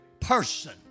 person